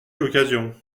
l’occasion